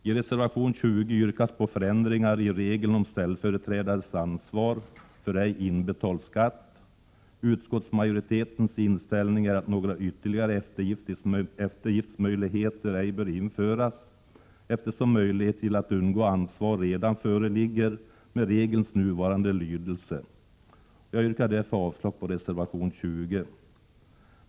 I reservation 20 yrkas på förändringar i regeln om ställföreträdares ansvar för ej inbetald skatt. Utskottsmajoritetens inställning är att några ytterligare eftergiftsmöjligheter ej bör införas, eftersom möjlighet att undgå ansvar redan föreligger med regelns nuvarande lydelse. Jag yrkar därför avslag på reservation 20.